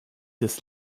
des